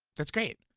that's great,